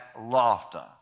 laughter